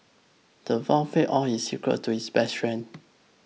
the all his secrets to his best friend